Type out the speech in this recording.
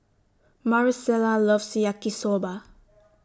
Maricela loves Yaki Soba